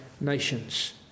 nations